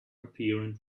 apparent